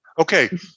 okay